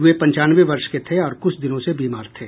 वे पंचानवे वर्ष के थे और कुछ दिनों से बीमार थे